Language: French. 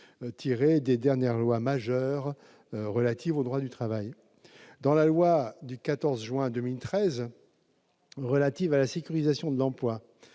des dernières lois majeures relatives au droit du travail. Dans la loi du 14 juin 2013 relative à la sécurisation de l'emploi,